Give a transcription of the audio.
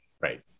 Right